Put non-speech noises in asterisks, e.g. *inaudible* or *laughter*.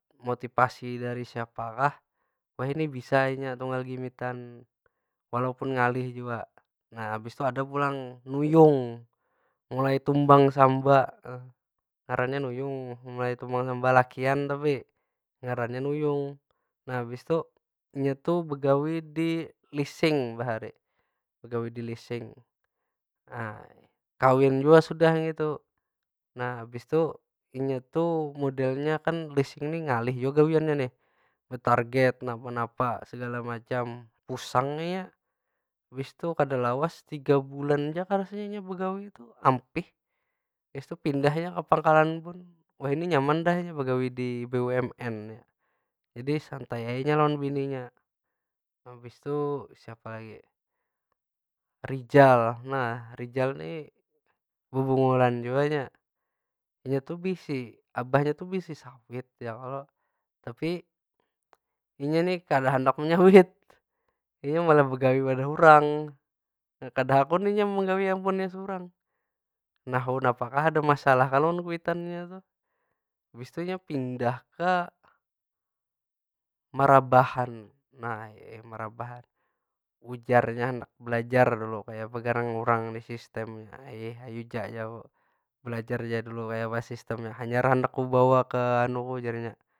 Motipasi dari siapakah? Wahini bisa inya tunggal gimitan walaupun ngalih jua. Nah habis tu ada jua nuyung, mulai tumbang samba. Ngarannya nuyung, mulai tumbang samba, lakian tapi. Ngarannya nuyung. Nah habis tu nya begawi di lising bahari. Begawi di lising. Nah kawin jua sudah nya tu. Nah habis tu inya tu modelnya lising ni ngalih jua gawiannya nih. Betarget napa- napa segala macam, pusang inya. Habis tu kada lawas tiga bulan ja kah rasanya inya begawi, ampih. Habis tu pindah nya ke pangkalan bun. Wahini nyaman dah inya begawi di bumn. Jadi santai ai inya lawan bininya. Habis tu siapa lagi? Rizal, nah rizal ni bebungulan jua inya. Inya tu bisi, abahnya tu bisi sawit ya kalo. Tapi inya nih kada handak menyawit, inya malah begawi wadah urang. Nya kada hakun inya menggawi ampun inya surang. Nahu napa kah ada masalah kah lawan kuitannya tu. Habis tu nya pindah ke marabahan. Nah ini marabahan, ujarnya handak belajar dulu kayapa gerang urang ni sistemnya? Hiih ayu ja jar ku. Bekajar ja dulu kayapa sistemnya, hanyar handak ku bawa ka. *unintelligible*